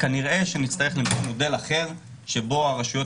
כנראה שנצטרך למצוא מודל אחר שבו הרשויות